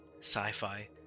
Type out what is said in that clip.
sci-fi